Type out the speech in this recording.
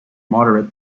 moderate